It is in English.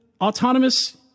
autonomous